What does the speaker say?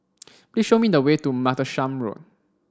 please show me the way to Martlesham Road